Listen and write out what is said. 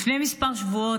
לפני כמה שבועות,